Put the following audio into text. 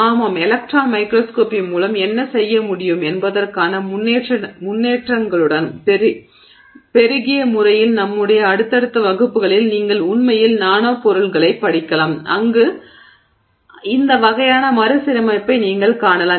ஆமாம் electron microscopy மூலம் என்ன செய்ய முடியும் என்பதற்கான முன்னேற்றங்களுடன் பெருகிய முறையில் நம்முடைய அடுத்தடுத்த வகுப்புகளில் நீங்கள் உண்மையில் நானோ பொருள்களைப் படிக்கலாம் அங்கு இந்த வகையான மறுசீரமைப்பை நீங்கள் காணலாம்